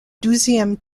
douzième